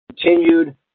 continued